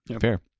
fair